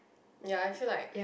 ya I feel like